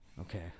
Okay